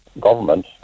government